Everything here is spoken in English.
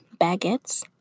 baguettes